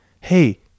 Hey